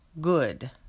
good